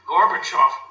Gorbachev